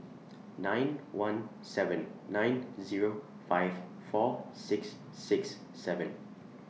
nine one seven nine Zero five four six six seven